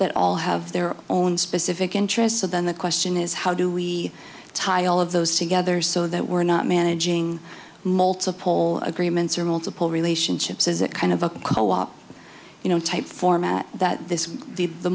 that all have their own specific interests of then the question is how do we hi all of those together so that we're not managing multiple agreements or multiple relationships is it kind of a co op you know type format that this the